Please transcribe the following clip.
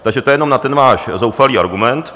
Takže to jenom na ten váš zoufalý argument.